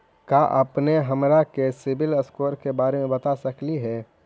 का अपने हमरा के सिबिल स्कोर के बारे मे बता सकली हे?